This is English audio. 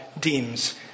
deems